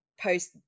post